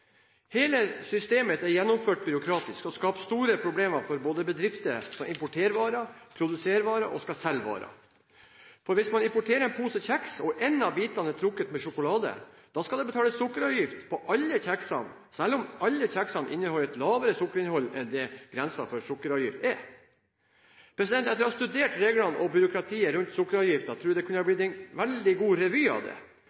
Hele systemet er gjennomført byråkratisk og skaper store problemer for bedrifter som importerer, produserer og selger varer. Hvis man importerer en pose kjeks, og én av bitene er trukket med sjokolade, skal det betales sukkeravgift for alle kjeksene, selv om alle kjeksene har lavere sukkerinnhold enn grensen for sukkeravgift. Etter å ha studert reglene for og byråkratiet rundt sukkeravgiften tror jeg det kunne ha blitt en veldig god revy av det